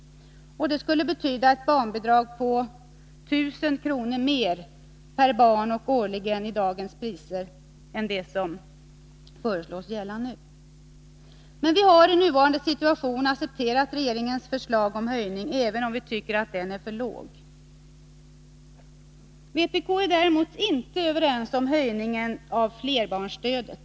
Det skulle betyda ett barnbidrag på 1 000 kr. mer per barn och år i dagens priser än det som nu föreslås. Men vi har i nuvarande situation accepterat regeringens förslag till höjning, även om vi tycker att den är för låg. Vpk är däremot inte överens med socialdemokraterna om höjningen av flerbarnsstödet.